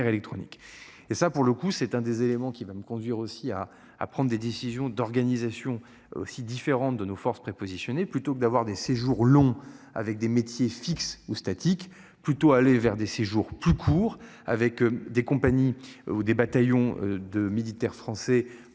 électronique et ça pour le coup, c'est un des éléments qui va me conduire aussi à, à prendre des décisions d'organisations aussi différentes de nos forces prépositionnées plutôt que d'avoir des séjours longs avec des métiers fixe ou statique plutôt aller vers des séjours plus courts avec des compagnies ou des bataillons de militaires français pour